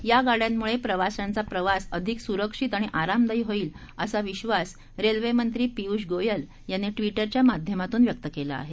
या गाड्यांमुळे प्रवाशांचा प्रवास अधिक सुरक्षित आणि आरामदायी होईल असा विद्वास रेल्वेमंत्री पियुष गोयल यांनी ट्वीटरच्या माध्यमातून व्यक्त केला आहे